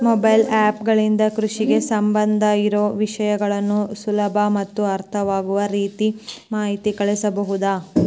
Mobile app ಗಳಿಂದ ಕೃಷಿಗೆ ಸಂಬಂಧ ಇರೊ ವಿಷಯಗಳನ್ನು ಸುಲಭ ಮತ್ತು ಅರ್ಥವಾಗುವ ರೇತಿ ಮಾಹಿತಿ ಕಳಿಸಬಹುದಾ?